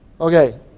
Okay